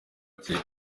kera